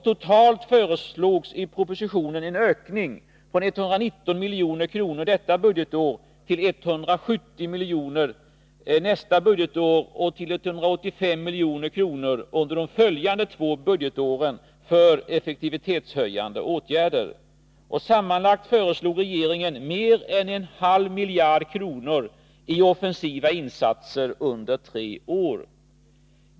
Totalt föreslogs i propositionen en ökning av anslaget till effektivitetshöjande åtgärder från 119 milj.kr. detta budgetår till 170 milj.kr. nästa budgetår och till 185 milj.kr. under de två följande budgetåren. Sammanlagt föreslog regeringen mer än en halv miljard kronor i offensiva insatser under tre år.